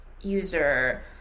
user